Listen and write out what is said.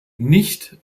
nicht